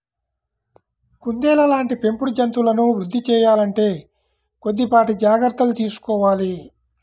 కుందేళ్ళ లాంటి పెంపుడు జంతువులను వృద్ధి సేయాలంటే కొద్దిపాటి జాగర్తలు తీసుకోవాలి